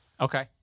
Okay